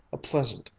a pleasant,